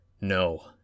No